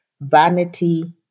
vanity